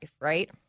right